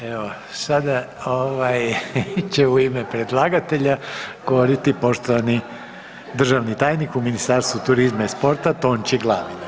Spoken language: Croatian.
Evo sada će u ime predlagatelja govoriti poštovani državni tajnik u Ministarstvu turizma i sporta Tonči Glavina.